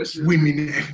women